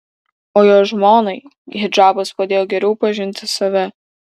o jo žmonai hidžabas padėjo geriau pažinti save